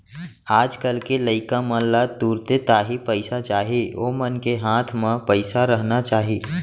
आज कल के लइका मन ला तुरते ताही पइसा चाही ओमन के हाथ म पइसा रहना चाही